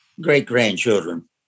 great-grandchildren